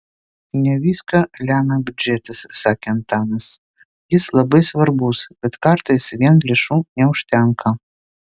ne viską lemia biudžetas sakė antanas jis labai svarbus bet kartais vien lėšų neužtenka